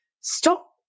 Stop